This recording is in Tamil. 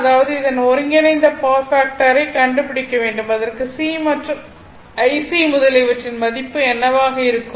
அதாவது இதன் ஒருங்கிணைந்த பவர் ஃபாக்டரை கண்டுபிடிக்க வேண்டும் அதற்கு C மற்றும் IC முதலியவற்றின் மதிப்பு என்னவாக இருக்கும்